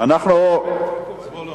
אנחנו עוברים לנושא הבא.